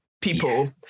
people